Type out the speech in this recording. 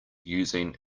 using